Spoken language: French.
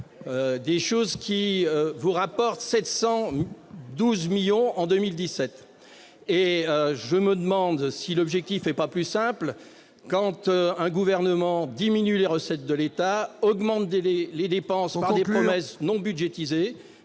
des choses qui vous ont rapporté 712 millions en 2017 ! Je me demande si l'objectif n'est pas plus simple : quand un gouvernement diminue les recettes de l'État et augmente les dépenses par des promesses non budgétisées,